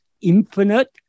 infinite